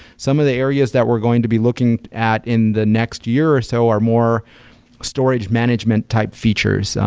some of the areas that we're going to be looking at in the next year or so are more storage management type features,